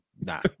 Nah